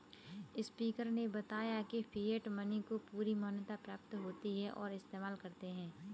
speaker ने बताया की फिएट मनी को पूरी मान्यता प्राप्त होती है और इस्तेमाल करते है